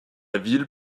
ville